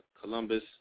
Columbus